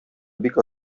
бик